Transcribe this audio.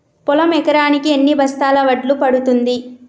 పొలం ఎకరాకి ఎన్ని బస్తాల వడ్లు పండుతుంది?